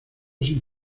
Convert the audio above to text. sin